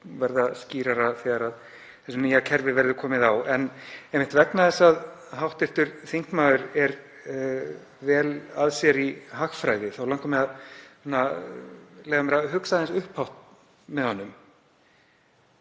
verða skýrara þegar þessu nýja kerfi verður komið á. En einmitt vegna þess að hv. þingmaður er vel að sér í hagfræði langar mig að leyfa mér að hugsa aðeins upphátt með honum,